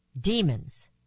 Demons